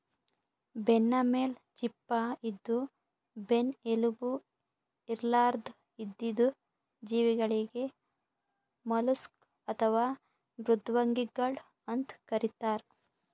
ಬೆನ್ನಮೇಲ್ ಚಿಪ್ಪ ಇದ್ದು ಬೆನ್ನ್ ಎಲುಬು ಇರ್ಲಾರ್ದ್ ಇದ್ದಿದ್ ಜೀವಿಗಳಿಗ್ ಮಲುಸ್ಕ್ ಅಥವಾ ಮೃದ್ವಂಗಿಗಳ್ ಅಂತ್ ಕರಿತಾರ್